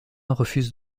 refuse